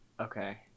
Okay